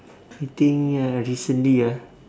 you think uh recently ah